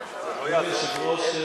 היושב-ראש,